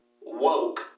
woke